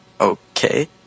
Okay